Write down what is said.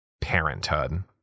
Parenthood